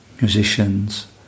musicians